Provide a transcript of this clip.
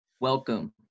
Welcome